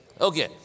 Okay